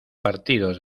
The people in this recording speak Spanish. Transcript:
partidos